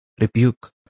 rebuke